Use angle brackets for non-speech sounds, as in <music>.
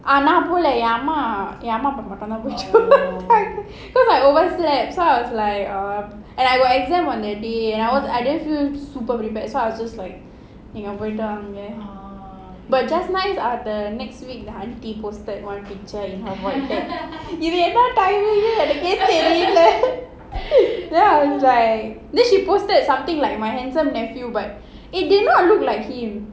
நான் போலயே என் அம்மா மட்டும் போச்சு:naan polaye en ammaa mattum pochu <laughs> because I overslept so I was like um and I got exam on that day and I was I didn't feel super prepared so I was just like you know நீங்க போய்ட்டு வாங்க:neenga poyitu vaanga but just nice ah the next week the auntie posted one picture in her void deck இது என்ன:idhu enna timing எனக்கே தெரில:enakae therila then I was like then she posted something like my handsome nephew but it did not look like him